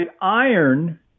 iron